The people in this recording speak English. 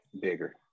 bigger